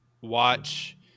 watch